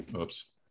Oops